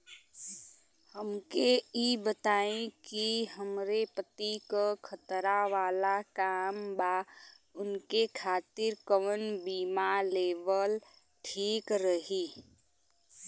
हमके ई बताईं कि हमरे पति क खतरा वाला काम बा ऊनके खातिर कवन बीमा लेवल ठीक रही?